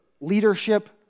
leadership